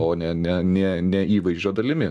o ne ne ne ne įvaizdžio dalimi